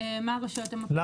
מה הרשויות המקומיות עושות.